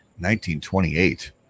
1928